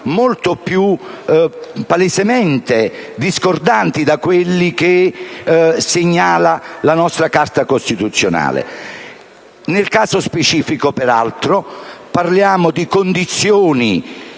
molto più palesemente discordanti da quelli che segnala la nostra Carta costituzionale. Nel caso specifico, peraltro, parliamo di condizioni